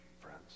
friends